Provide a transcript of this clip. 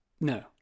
no